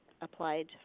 applied